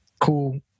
Cool